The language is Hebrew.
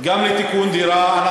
גם לתיקון דירה.